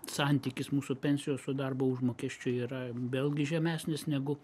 santykis mūsų pensijos su darbo užmokesčiu yra vėlgi žemesnis negu